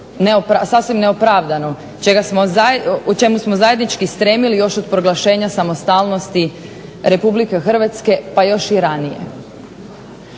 sasvim neopravdano, čemu smo zajednički stremili još od proglašenja samostalnosti Republike Hrvatske, pa još i ranije.